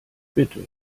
bitte